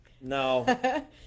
No